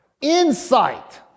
Insight